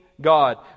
God